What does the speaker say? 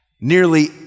nearly